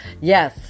Yes